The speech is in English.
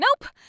nope